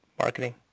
Marketing